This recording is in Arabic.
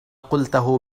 قلته